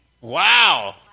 Wow